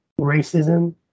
racism